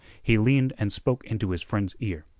he leaned and spoke into his friend's ear.